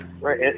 Right